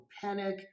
panic